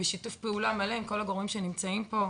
בשיתוף פעולה מלא עם כל הגורמים שנמצאים פה.